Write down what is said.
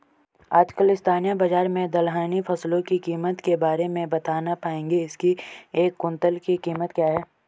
आजकल स्थानीय बाज़ार में दलहनी फसलों की कीमत के बारे में बताना पाएंगे इसकी एक कुन्तल की कीमत क्या है?